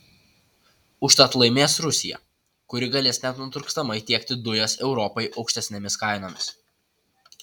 užtat laimės rusija kuri galės nenutrūkstamai tiekti dujas europai aukštesnėmis kainomis